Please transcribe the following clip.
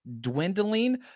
dwindling